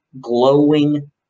Glowing